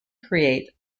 create